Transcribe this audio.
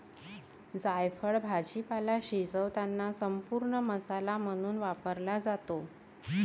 जायफळ भाजीपाला शिजवताना संपूर्ण मसाला म्हणून वापरला जातो